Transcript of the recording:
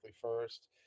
first